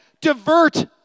divert